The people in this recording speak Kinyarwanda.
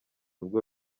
ubwo